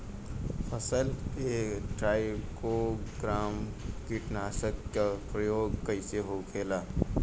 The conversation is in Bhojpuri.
फसल पे ट्राइको ग्राम कीटनाशक के प्रयोग कइसे होखेला?